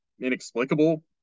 inexplicable